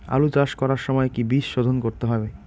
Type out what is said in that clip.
আলু চাষ করার সময় কি বীজ শোধন করতে হবে?